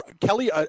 Kelly